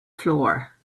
floor